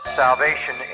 salvation